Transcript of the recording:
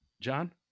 John